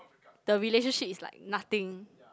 the relationship is like nothing